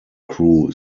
crew